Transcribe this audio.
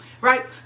right